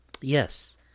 yes